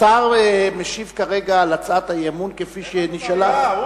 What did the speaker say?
השר משיב כרגע על הצעת האי-אמון כפי שהיא נשאלה.